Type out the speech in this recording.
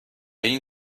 این